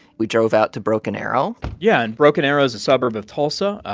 we drove out to broken arrow yeah. and broken arrow's a suburb of tulsa.